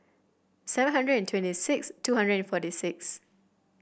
seven hundred and twenty six two hundred and forty six